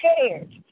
prepared